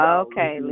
okay